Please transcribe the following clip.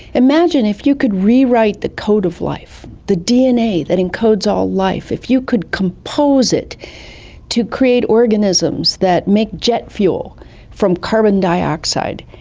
imagine if you could rewrite the code of life, the dna that encodes all life. if you could compose it to create organisms that make jet fuel from carbon dioxide.